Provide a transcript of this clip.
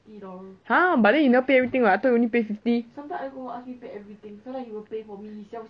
!huh! but then you never pay everything [what] I thought you only pay fifty